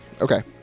Okay